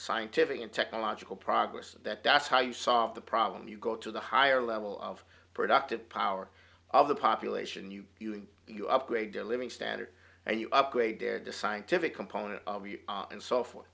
scientific and technological progress that that's how you solve the problem you go to the higher level of productive power of the population you you upgrade your living standard and you upgraded to scientific component and so forth